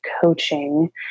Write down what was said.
coaching